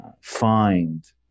find